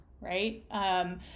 right